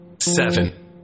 seven